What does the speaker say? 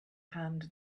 hand